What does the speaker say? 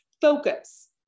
Focus